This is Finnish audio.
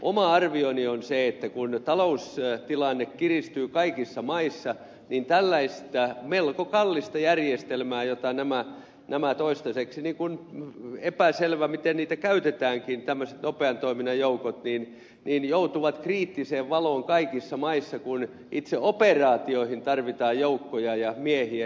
oma arvioni on se että kun taloustilanne kiristyy kaikissa maissa niin tällainen melko kallis järjestelmä kuin nämä toistaiseksi on epäselvää miten niitä käytetäänkin nopean toiminnan joukot joutuu kriittiseen valoon kaikissa maissa kun itse operaatioihin tarvitaan joukkoja ja miehiä